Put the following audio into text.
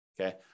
Okay